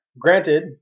Granted